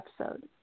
episode